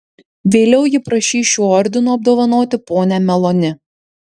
vėliau ji prašys šiuo ordinu apdovanoti ponią meloni